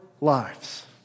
lives